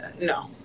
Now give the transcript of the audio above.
No